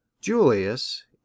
Julius